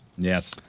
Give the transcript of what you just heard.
Yes